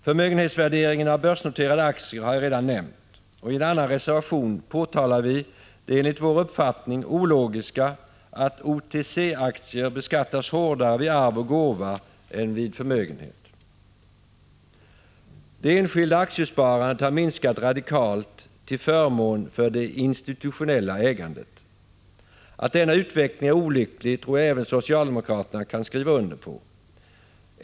Förmögenhetsvärderingen av börsnoterade aktier har jag redan nämnt, och i en annan reservation påtalar vi det enligt vår uppfattning ologiska i att OTC-aktier beskattas hårdare vid arv och gåva än vid förmögenhet. Det enskilda aktiesparandet har minskat radikalt till förmån för det institutionella ägandet. Att denna utveckling är olycklig tror jag att även socialdemokraterna kan skriva under på.